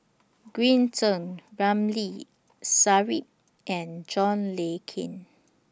Green Zeng Ramli Sarip and John Le Cain